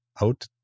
out